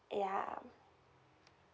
ya